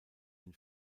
den